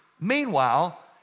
Meanwhile